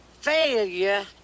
failure